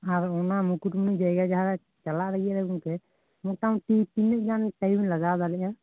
ᱟᱨ ᱚᱱᱟ ᱢᱩᱠᱩᱴᱢᱩᱱᱤ ᱡᱟᱭᱜᱟ ᱡᱟᱦᱟᱸ ᱞᱮ ᱪᱟᱞᱟ ᱞᱟᱹᱜᱤᱫ ᱟ ᱜᱚᱝᱠᱮ ᱢᱚᱴᱟᱢᱩᱴᱤ ᱛᱤᱱᱟᱹᱜ ᱜᱟᱱ ᱴᱟᱭᱤᱢ ᱞᱟᱜᱟᱣ ᱫᱟᱲᱮᱭᱟᱼᱟ